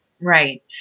Right